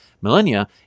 millennia